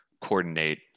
coordinate